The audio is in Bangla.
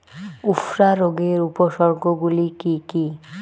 উফরা রোগের উপসর্গগুলি কি কি?